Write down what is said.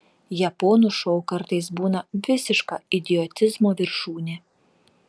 japonų šou kartais būna visiška idiotizmo viršūnė